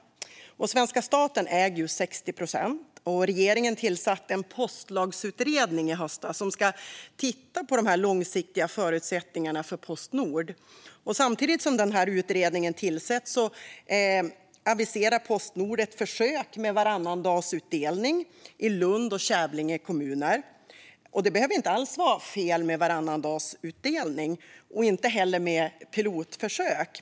Svenska staten äger 60 procent. Regeringen tillsatte en postlagsutredning i höstas som ska titta på de långsiktiga förutsättningarna för Postnord. Samtidigt som denna utredning tillsätts aviserar Postnord ett försök med varannandagsutdelning i Lund och Kävlinge kommuner. Det behöver inte alls vara fel med varannandagsutdelning och inte heller med pilotförsök.